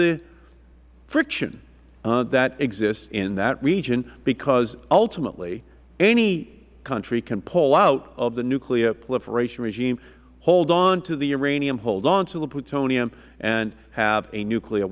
the friction that exists in that region because ultimately any country can pull out of the nuclear proliferation regime hold on to the uranium hold on to the plutonium and have a nuclear